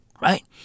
Right